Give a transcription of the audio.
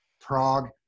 Prague